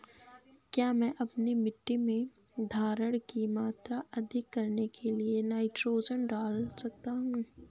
क्या मैं अपनी मिट्टी में धारण की मात्रा अधिक करने के लिए नाइट्रोजन डाल सकता हूँ?